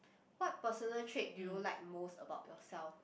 what personal trait do you like most about yourself